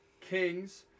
Kings